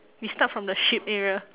we start from the sheep area